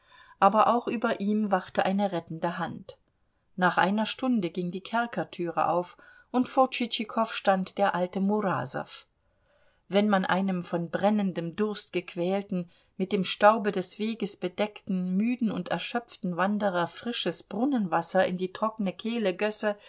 aber auch über ihm wachte eine rettende hand nach einer stunde ging die kerkertüre auf und vor tschitschikow stand der alte murasow wenn man einem von brennendem durst gequälten mit dem staube des weges bedeckten müden und erschöpften wanderer frisches brunnenwasser in die trockene kehle gösse